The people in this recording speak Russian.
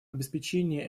обеспечения